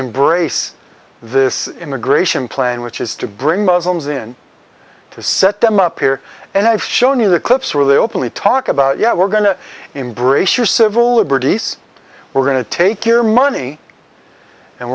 embrace this immigration plan which is to bring muslims in to set them up here and i've shown you the clips where they openly talk about yeah we're going to embrace your civil liberties we're going to take your money and